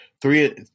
three